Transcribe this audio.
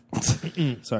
Sorry